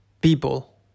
people